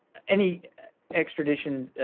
any extradition